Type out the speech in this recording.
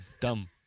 dumb